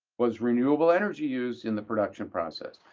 was renewable energy used in the production process?